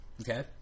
Okay